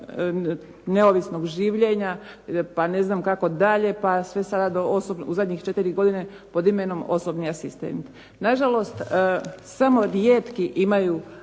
neovisnog življenja, pa ne znam kako dalje, pa sve sada u zadnje četiri godine pod imenom osobni asistent. Na žalost, samo rijetki imaju